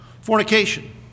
Fornication